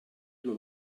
due